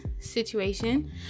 situation